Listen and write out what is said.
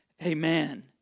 Amen